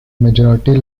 majority